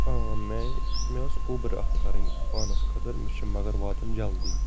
ٲ میں مےٚ اوس اوٚبَر اکھ کَرٕنۍ پانَس خٲطرٕ مےٚ چھِ مگر واتُن جلدی